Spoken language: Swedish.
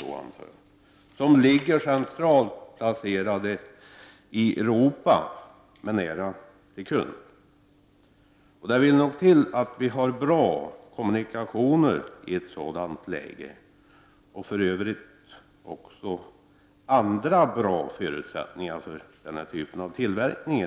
Denna produktion ligger centralt placerad i Europa och har nära till kunderna. Det vill nog till att vi har bra kommunikationer i ett sådant läge, och för övrigt också andra goda förutsättningar i Sverige för denna typ av tillverkning.